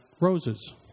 roses